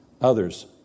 others